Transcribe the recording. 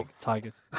Tigers